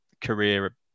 career